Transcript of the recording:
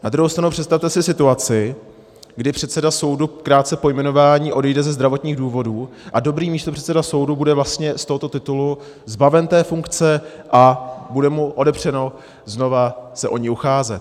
Na druhou stranu si představte situaci, kdy předseda soudu krátce po jmenování odejde ze zdravotních důvodů a dobrý místopředseda soudu bude vlastně z tohoto titulu zbaven funkce a bude mu odepřeno znova se o ni ucházet.